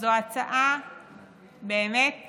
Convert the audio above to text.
זו הצעה שבאמת